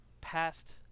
past